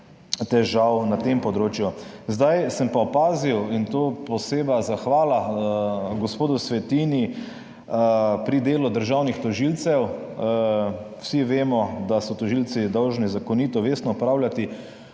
težav na tem področju. Sem pa opazil, in tu posebna zahvala gospodu Svetini, pri delu državnih tožilcev. Vsi vemo, da so tožilci dolžni zakonito, vestno opravljati